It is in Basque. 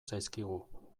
zaizkigu